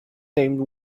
named